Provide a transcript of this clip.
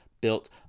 Built